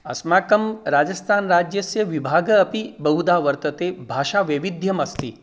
अस्माकं राजस्थानराज्यस्य विभागः अपि बहुधा वर्तते भाषावैविध्यम् अस्ति